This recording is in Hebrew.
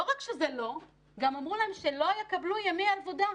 לא רק שזה לא, גם אמרו להם שלא יקבלו ימי עבודה,